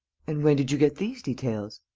and when did you get these details?